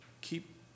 Keep